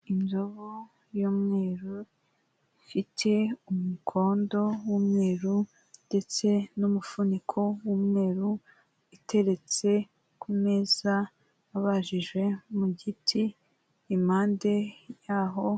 Indovu y'umweru ifite umukondo w'umweru ndetse n'umufuniko w'umweruru, iteretse ku meza abajije mu giti impande yaho.